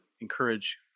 encourage